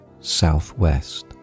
southwest